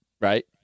right